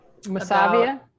Masavia